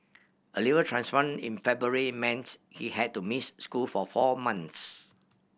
a liver transplant in February meant he had to miss school for four months